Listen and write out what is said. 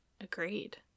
agreed